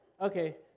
Okay